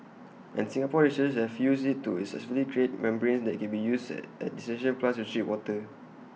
and Singapore researchers have used IT to successfully create membranes that can be used at at desalination plants to treat water